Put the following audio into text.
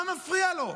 מה מפריע לו?